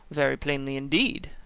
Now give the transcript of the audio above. very plainly indeed,